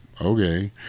okay